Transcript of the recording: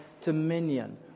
dominion